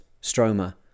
Stroma